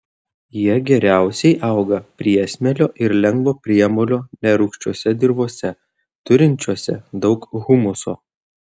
jie geriausiai auga priesmėlio ir lengvo priemolio nerūgščiose dirvose turinčiose daug humuso